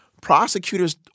prosecutors